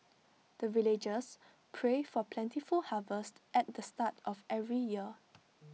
the villagers pray for plentiful harvest at the start of every year